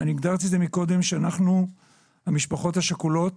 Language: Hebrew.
הגדרתי את זה קודם שאנחנו המשפחות השכולות